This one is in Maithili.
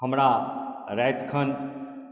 हमरा रातिखन